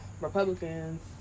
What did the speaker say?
Republicans